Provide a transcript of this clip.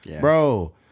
Bro